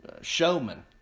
showman